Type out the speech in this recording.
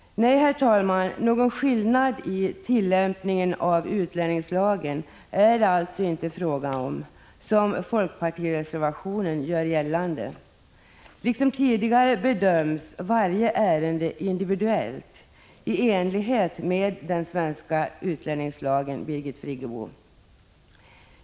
Nej, herr talman, någon skillnad i tillämpningen av utlänningslagen är det alltså inte fråga om — som folkpartireservationen gör gällande. Liksom tidigare bedöms varje ärende individuellt i enlighet med den svenska utlänningslagen, Birgit Friggebo.